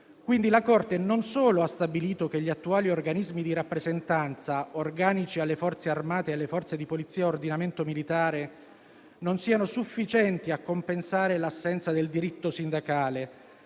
Quindi, la Corte non solo ha stabilito che gli attuali organismi di rappresentanza, organici alle Forze armate e alle Forze di polizia ad ordinamento militare, non siano sufficienti a compensare l'assenza del diritto sindacale,